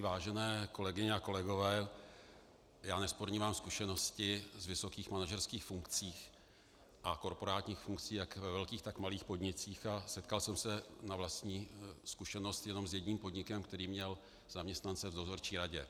Vážené kolegyně a kolegové, nesporně mám zkušenosti z vysokých manažerských funkcí a korporátních funkcí jak ve velkých, tak malých podnicích a setkal jsem se na vlastní zkušenost jenom s jedním podnikem, který měl zaměstnance v dozorčí radě.